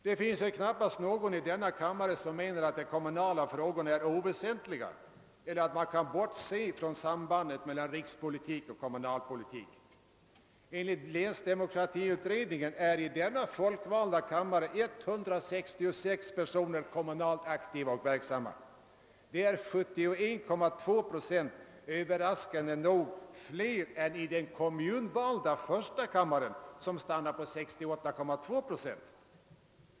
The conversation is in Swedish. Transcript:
Det finns väl knappast någon i denna kammare som menar, att de kommunala frågorna är oväsentliga eller att man kan bortse från sambandet mellan rikspolitik och kommunalpolitik. Enligt länsdemokratiutredningen är i denna folkvalda kammare 166 personer kommunalt aktiva och verksamma. Det är 71,2 procent, och överraskande nog mer än i den kommunalvalda första kammaren, där siffran stannar på 68,2 procent.